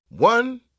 One